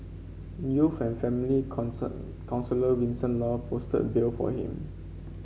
youth and family counsellor Vincent Law posted bail for him